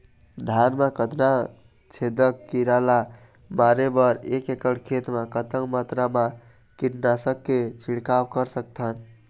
धान मा कतना छेदक कीरा ला मारे बर एक एकड़ खेत मा कतक मात्रा मा कीट नासक के छिड़काव कर सकथन?